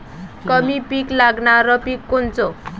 कमी पानी लागनारं पिक कोनचं?